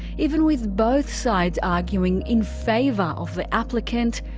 even with both sides arguing in favour of the applicant,